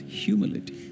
humility